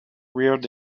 reared